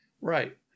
Right